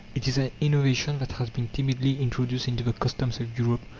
it is an innovation that has been timidly introduced into the customs of europe,